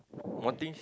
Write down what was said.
one thing